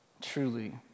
truly